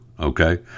Okay